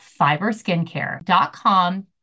FiberSkincare.com